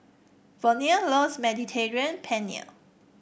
Verne loves Mediterranean Penne